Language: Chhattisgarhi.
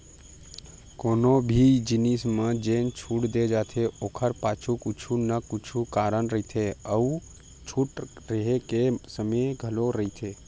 कोनो भी जिनिस म जेन छूट दे जाथे ओखर पाछू कुछु न कुछु कारन रहिथे अउ छूट रेहे के समे घलो रहिथे